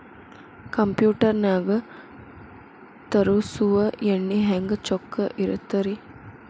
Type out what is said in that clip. Computer ನಾಗ ತರುಸುವ ಎಣ್ಣಿ ಹೆಂಗ್ ಚೊಕ್ಕ ಇರತ್ತ ರಿ?